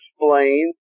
explain